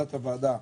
לעבודת הוועדה,